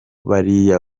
bariya